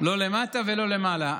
לא למטה ולא למעלה.